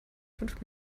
fünf